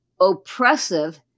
oppressive